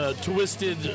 Twisted